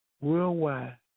worldwide